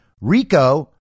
Rico